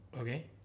Okay